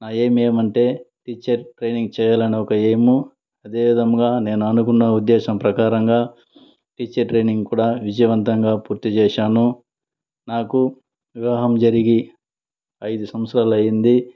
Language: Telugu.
నా ఎయిమ్ ఏమంటే టీచర్ ట్రైనింగ్ చేయలన్నా ఒక ఎయిమ్ అదేవిధముగా నేను అనుకున్న ఉద్దేశం ప్రకారంగా టీచర్ ట్రైనింగ్ కూడ విజయవంతంగా పూర్తి చేశాను నాకు వివాహం జరిగి ఐదు సంవత్సరాలు అయ్యింది